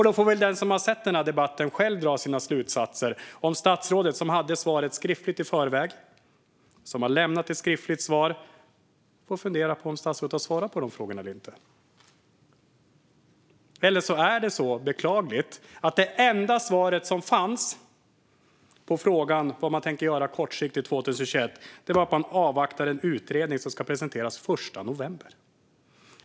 Då får väl den som har sett debatten själv dra sina slutsatser om statsrådet - som hade svaret skriftligt i förväg, som har lämnat ett skriftligt svar - har svarat på frågorna. Eller så är det så beklagligt att det enda svaret på frågan om vad man tänker göra kortsiktigt 2021 var att avvakta en utredning som ska presenteras den 1 november.